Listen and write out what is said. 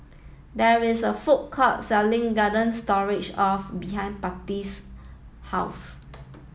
there is a food court selling Garden Stroganoff behind Patty's house